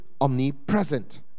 omnipresent